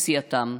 מסיעתם.